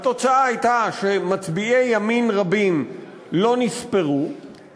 והתוצאה הייתה שמצביעי ימין רבים לא נספרו,